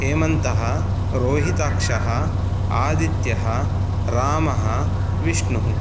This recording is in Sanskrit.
हेमन्तः रोहिताक्षः आदित्यः रामः विष्णुः